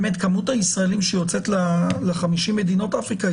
מספר הישראלים שיוצאים ל-50 מדינות אפריקה,